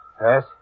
Yes